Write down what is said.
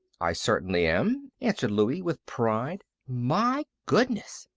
i certainly am, answered louie, with pride. my goodness!